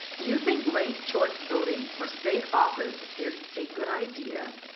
do you think ranked choice voting for state office is a good idea,